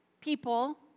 people